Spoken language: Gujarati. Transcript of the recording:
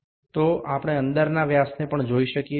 તો આપણે અંદરના વ્યાસને પણ જોઈ શકીએ છીએ